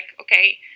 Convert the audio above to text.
okay